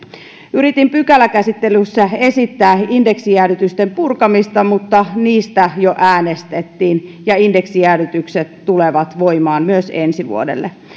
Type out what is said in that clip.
yritin pykäläkäsittelyssä esittää indeksijäädytysten purkamista mutta niistä jo äänestettiin ja indeksijäädytykset tulevat voimaan myös ensi vuodelle